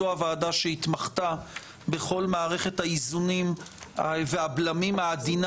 זו הוועדה שהתמחתה בכל מערכת האיזונים והבלמים העדינה